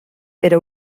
era